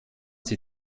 sie